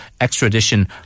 extradition